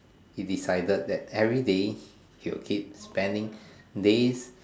he decided that everyday he will keep spending days